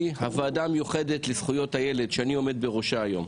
הוועדה המיוחדת לזכויות הילד שהיום אני עומד בראשה.